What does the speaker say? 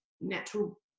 natural